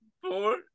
four